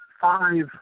five